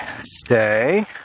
stay